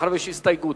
מאחר שיש הסתייגות.